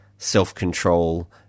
self-control